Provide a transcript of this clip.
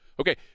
Okay